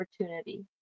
opportunity